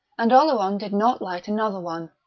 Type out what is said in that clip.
and oleron did not light another one.